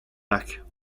lacs